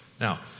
Now